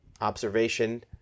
observation